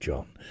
John